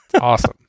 awesome